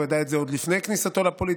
הוא יודע את זה עוד לפני כניסתו לפוליטיקה,